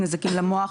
נזקים למוח,